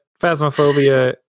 Phasmophobia